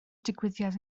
digwyddiad